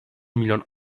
milyon